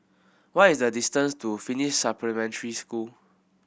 what is the distance to Finnish Supplementary School